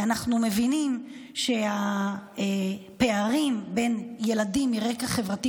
אנחנו מבינים שהפערים בין ילדים מרקע חברתי